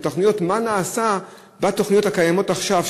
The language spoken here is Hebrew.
מה נעשה בתוכניות הקיימות עכשיו,